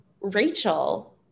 Rachel